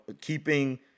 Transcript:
keeping